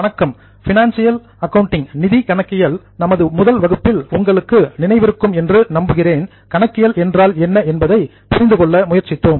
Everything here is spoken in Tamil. வணக்கம் பினான்சியல் அக்கவுண்டிங் நிதி கணக்கியல் நமது முதல் வகுப்பில் உங்களுக்கு நினைவிருக்கும் என்று நம்புகிறேன் அக்கவுண்டிங் கணக்கியல் என்றால் என்ன என்பதை புரிந்து கொள்ள முயற்சித்தோம்